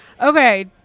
Okay